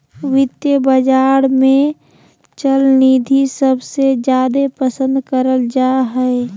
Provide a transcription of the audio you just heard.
वित्तीय बाजार मे चल निधि सबसे जादे पसन्द करल जा हय